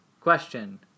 Question